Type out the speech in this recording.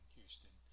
Houston